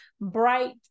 bright